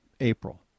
April